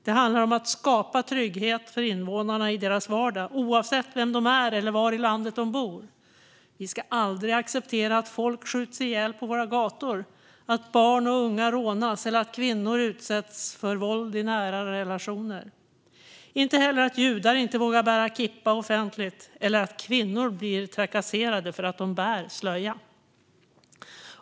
Det handlar om att skapa trygghet för invånarna i deras vardag, oavsett vilka de är eller var i landet de bor. Vi ska aldrig acceptera att folk skjuts ihjäl på våra gator, att barn och unga rånas eller att kvinnor utsätts för våld i nära relationer. Vi ska inte heller acceptera att judar inte vågar bära kippa offentligt eller att kvinnor blir trakasserade för att de bär slöja.